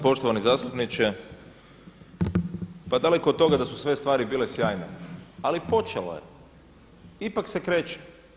Poštovani zastupniče, pa daleko od toga da su sve stvari bile sjajne, ali počelo je, ipak se kreće.